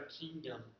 kingdom